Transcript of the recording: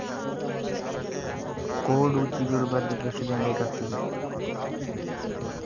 ಕೋಡು ಚಿಗುರು ಬರ್ಲಿಕ್ಕೆ ಎಷ್ಟು ದಿನ ಬೇಕಗ್ತಾದೆ?